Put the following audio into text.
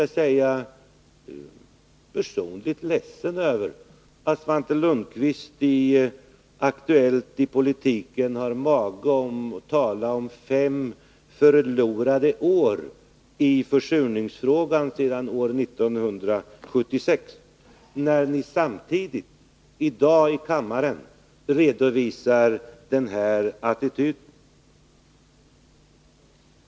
Jag är personligen ledsen över att Svante Lundkvist i tidskriften Aktuellt i politiken hade mage att tala om fem förlorade år i försurningsfrågan sedan år 1976, när ni i dag i kammaren redovisar denna attityd.